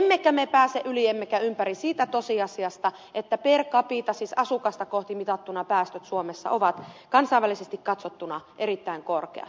emmekä me pääse yli emmekä ympäri siitä tosiasiasta että per capita siis asukasta kohti mitattuna päästöt suomessa ovat kansainvälisesti katsottuna erittäin korkeat